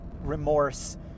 remorse